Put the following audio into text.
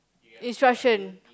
instruction